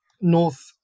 north